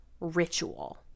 ritual